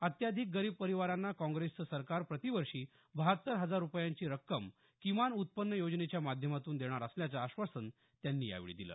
अत्याधिक गरीब परिवारांना काँग्रेसचं सरकार प्रतिवर्षी बहात्तर हजार रुपयांची रक्कम किमान उत्पन्न योजनेच्या माध्यमातून देणार असल्याचं आश्वासन त्यांनी यावेळी दिलं